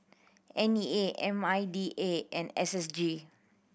N E A M I D A and S S G